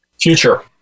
future